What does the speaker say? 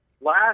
Last